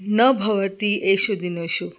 न भवति एषु दिनेषु